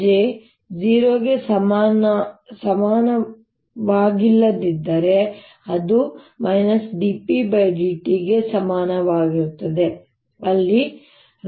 J 0 ಗೆ ಸಮಾನವಾಗಿಲ್ಲದಿದ್ದರೆ ಅದು dρ dt ಗೆ ಸಮನಾಗಿರುತ್ತದೆ ಅಲ್ಲಿ ρ ಚಾರ್ಜ್ ಸಾಂದ್ರತೆಯಾಗಿದೆ